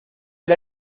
del